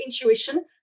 intuition